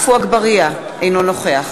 מדוע אז לא הולכים